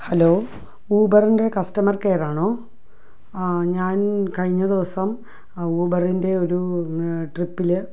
hello ഊബറിൻ്റെ customer care ആണോ ഞാൻ കഴിഞ്ഞദിവസം ഊബറിൻ്റെ ഒരു ട്രിപ്പില്